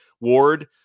Ward